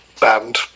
band